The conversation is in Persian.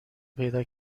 پیدا